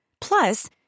Plus